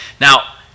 Now